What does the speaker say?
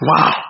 Wow